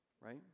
right